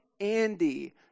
Andy